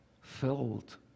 filled